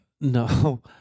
No